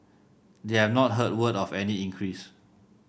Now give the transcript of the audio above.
they have not heard word of any increase